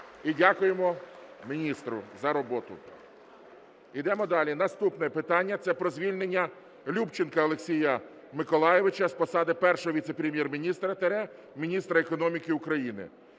І дякуємо міністру за роботу. (Оплески) Йдемо далі. Наступне питання – про звільнення Любченка Олексія Миколайовича з посади Першого віце-прем'єр-міністра – Міністра економіки України.